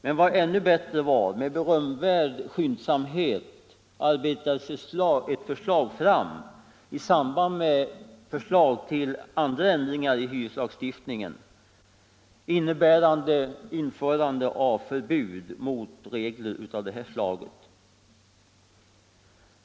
Men ännu bättre var att med berömvärd skyndsamhet arbetades ett förslag fram i samband med förslag till andra ändringar i hyreslagstiftningen, innebärande förbud mot regler av det här slaget.